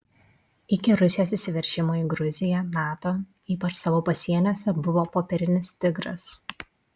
iki rusijos įsiveržimo į gruziją nato ypač savo pasieniuose buvo popierinis tigras